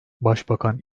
başbakan